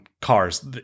cars